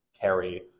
carry